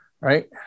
right